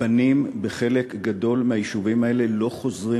הבנים בחלק גדול מהיישובים האלה לא חוזרים,